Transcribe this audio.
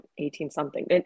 18-something